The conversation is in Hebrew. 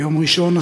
ביום ראשון,